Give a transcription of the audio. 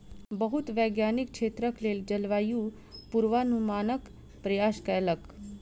बहुत वैज्ञानिक क्षेत्रक लेल जलवायु पूर्वानुमानक प्रयास कयलक